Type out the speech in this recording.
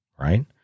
Right